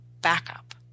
backup